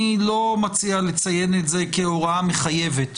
אני לא מציע לציין את זה כהוראה מחייבת